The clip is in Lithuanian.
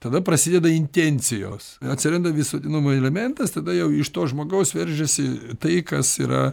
tada prasideda intencijos atsiranda visuotinumo elementas tada jau iš to žmogaus veržiasi tai kas yra